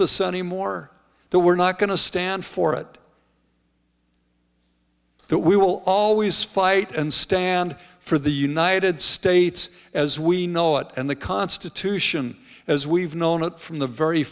sonny more the we're not going to stand for it that we will always fight and stand for the united states as we know it and the constitution as we've known it from the very